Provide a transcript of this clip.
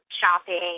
shopping